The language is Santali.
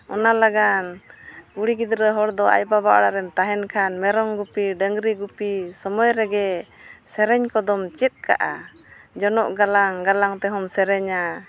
ᱚᱱᱟ ᱞᱟᱹᱜᱤᱫ ᱠᱩᱲᱤ ᱜᱤᱫᱽᱨᱟᱹ ᱦᱚᱲ ᱫᱚ ᱟᱭᱳᱼᱵᱟᱵᱟ ᱚᱲᱟᱜ ᱨᱮᱢ ᱛᱟᱦᱮᱱ ᱠᱷᱟᱱ ᱢᱮᱨᱚᱢ ᱜᱩᱯᱤ ᱰᱟᱝᱨᱤ ᱜᱩᱯᱤ ᱥᱚᱢᱚᱭ ᱨᱮᱜᱮ ᱥᱮᱨᱮᱧ ᱠᱚᱫᱚᱢ ᱪᱮᱫ ᱠᱟᱜᱼᱟ ᱡᱚᱱᱚᱜ ᱜᱟᱞᱟᱝ ᱜᱟᱞᱟᱝ ᱛᱮᱦᱚᱢ ᱥᱮᱨᱮᱧᱟ